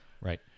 Right